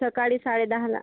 सकाळी साडे दहाला